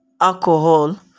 alcohol